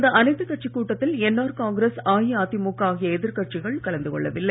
இந்த அனைத்துக் கட்சிக் கூட்டத்தில் என்ஆர் காங்கிரஸ் அஇஅதிமுக ஆகிய எதிர்க் கட்சிகள் கலந்து கொள்ளவில்லை